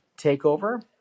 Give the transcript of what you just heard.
takeover